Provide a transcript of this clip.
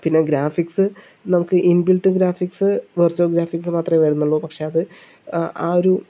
പിന്നെ ഗ്രാഫിക്സ് നമുക്ക് inbuilt graphics virtual graphics മാത്രമേ വരുന്നുള്ളൂ പക്ഷേ അത് ആ ഒരു